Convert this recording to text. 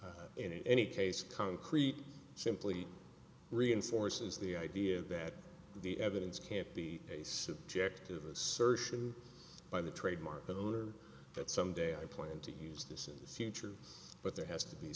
correct in any case concrete simply reinforces the idea that the evidence can't be a subjective assertion by the trademark owner that someday i plan to use this in the future but there has to be